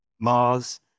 Mars